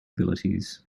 abilities